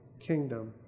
kingdom